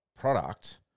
product